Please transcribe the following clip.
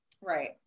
Right